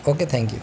okay thank you